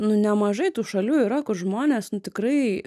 nu nemažai tų šalių yra kur žmonės tikrai